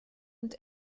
und